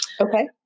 Okay